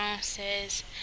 says